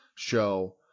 show